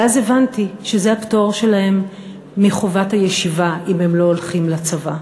ואז הבנתי שזה הפטור שלהם מחובת הישיבה אם הם לא הולכים לצבא.